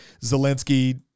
Zelensky